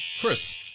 Chris